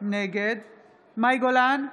נגד מאי גולן,